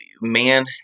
man—